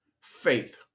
faith